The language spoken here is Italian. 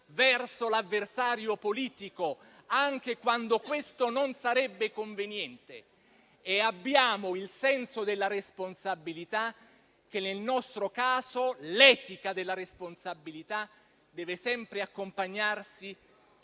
verso l'avversario politico, anche quando questo non sarebbe conveniente. Abbiamo il senso della responsabilità che, nel nostro caso, è l'etica della responsabilità, che deve sempre accompagnarsi